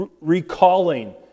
recalling